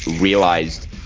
realized